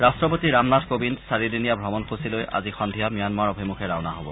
ৰাষ্ট্ৰপতি ৰামনাথ বোকিন্দ চাৰিদিনীযা ভ্ৰমণসূচী লৈ আজি সন্ধিয়া ম্যানমাৰ অভিমুখে ৰাওনা হ'ব